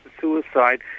suicide